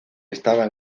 estaban